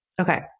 Okay